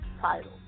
Title